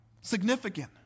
significant